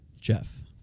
Jeff